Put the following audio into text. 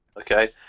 Okay